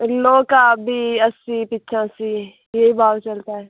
इन लोग का अभी अस्सी पचासी यही भाव चलता है